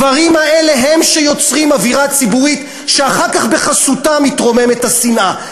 הדברים האלה הם שיוצרים אווירה ציבורית שאחר כך בחסותה מתרוממת השנאה.